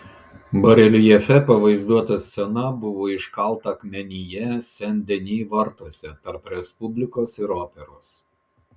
bareljefe pavaizduota scena buvo iškalta akmenyje sen deni vartuose tarp respublikos ir operos